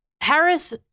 Harris